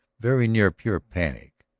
very nearly pure panic.